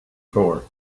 for